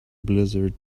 blizzard